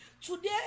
today